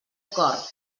cor